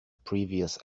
previous